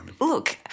Look